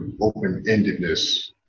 open-endedness